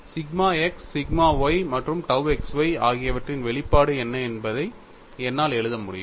sigma x sigma y மற்றும் tau x y ஆகியவற்றின் வெளிப்பாடு என்ன என்பதை என்னால் எழுத முடியும்